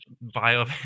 bio